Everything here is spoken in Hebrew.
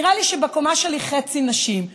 ונראה לי שבקומה שלי חצי הן נשים.